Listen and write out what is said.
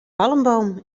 palmboom